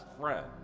friend